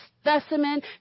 specimen